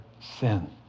sin